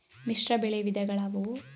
ಮಿಶ್ರಬೆಳೆ ವಿಧಗಳಾವುವು?